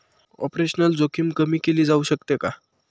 Operational जोखीम कमी केली जाऊ शकते का?